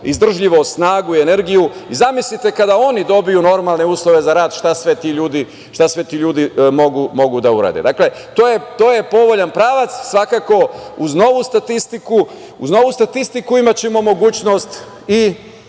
izdržljivost, snagu, energiju i zamislite kada oni dobiju normalne uslove za rad šta sve ti ljudi mogu da urade. Dakle, to je povoljan pravac. Svakako, uz novu statistiku imaćemo mogućnost